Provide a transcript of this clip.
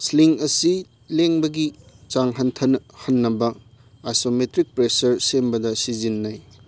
sling ꯑꯁꯤ ꯂꯦꯡꯕꯒꯤ ꯆꯥꯡ ꯍꯟꯊꯍꯟꯅꯕ ꯑꯥꯏꯁꯣꯃꯦꯇ꯭ꯔꯤꯛ ꯄ꯭ꯔꯦꯁꯔ ꯁꯦꯝꯕꯗ ꯁꯤꯖꯤꯟꯅꯩ